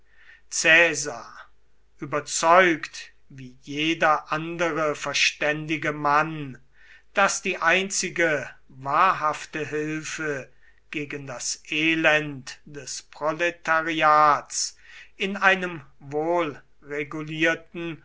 überzeugt wie jeder andere verständige mann daß die einzige wahrhafte hilfe gegen das elend des proletariats in einem